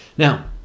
Now